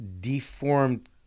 deformed